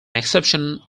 exception